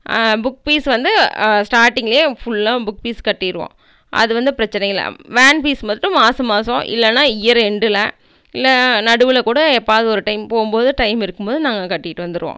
book fees வந்து ஸ்டார்டிங்லையே ஃபுல்லாக புக் ஃபீஸ் கட்டிருவோம் அது வந்து பிரச்சனையில்லை வேன் ஃபீஸ் மட்டும் மாதம் மாதம் இல்லைன்னா இயர் எண்டில் இல்லை நடுவில்க்கூட எப்போவாது ஒரு டைம் போகும்போது டைம் இருக்கும்போது நாங்கள் கட்டிவிட்டு வந்துருவோம்